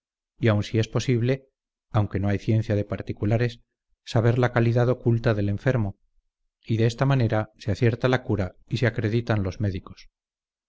y aun si es posible aunque no hay ciencia de particulares saber la calidad oculta del enfermo y de esta manera se acierta la cura y se acreditan los médicos